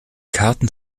karten